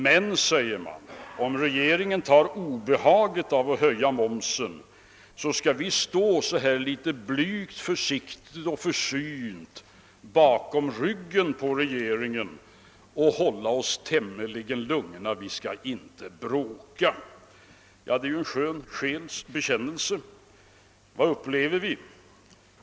Men, säger man, om regeringen tar på sig obehaget av att höja momsen skall vi stå blygt, försiktigt och försynt bakom ryggen på regeringen och hålla oss tämligen lugna — vi skall inte bråka. Det är ju en skön själs bekännelse. Vad upplever vi?